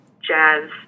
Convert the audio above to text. jazz